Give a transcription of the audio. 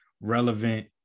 relevant